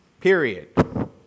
Period